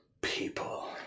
people